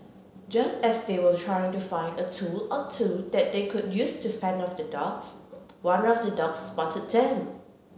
just as they were trying to find a tool or two that they could use to fend off the dogs one of the dogs spotted them